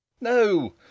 No